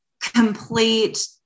complete